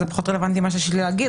זה פחות רלוונטי מה שיש לי להגיד.